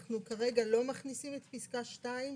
אנחנו כרגע לא מכניסים את פסקה (2),